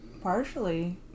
partially